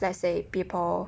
let's say people